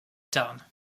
tarn